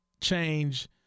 change